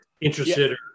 interested